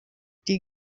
die